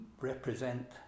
represent